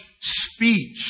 speech